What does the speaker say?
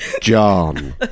John